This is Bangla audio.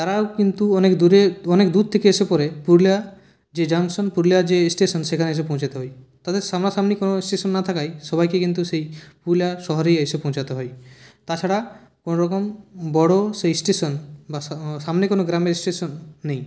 তারাও কিন্তু অনেক দূরে অনেক দূর থেকে এসে পরে পুরুলিয়ার যে জংশন পুরুলিয়ার যে স্টেশন সেখানে এসে পৌঁছাতে হয় তাদের সামনাসামনি কোনো স্টেশন না থাকায় সবাইকে কিন্তু সেই পুরুলিয়া শহরেই এসে পৌঁছাতে হবে তাছাড়া কোনোরকম বড়ো সেই স্টেশন বা সামনে কোনো গ্রামে স্টেশন নেই